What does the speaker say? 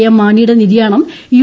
M മാണിയുടെ നിര്യാണം U